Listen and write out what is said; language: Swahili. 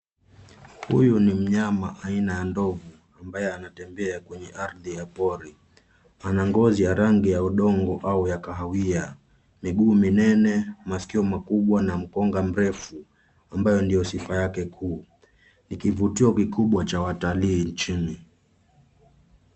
Huyu ni mnyama aina ya ndovu, ambaye anatembea kwenye ardhi ya pori. Ana ngozi ya rangi ya udongo au ya kahawia, miguu minene, maskia makubwa, na mkonga mrefu, ambayo ndio sifa yake kuu. Ni kuvutio kikubwa cha watalii nchini.